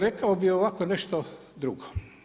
Rekao bih ovako nešto drugo.